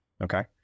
Okay